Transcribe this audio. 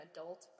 Adult